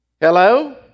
hello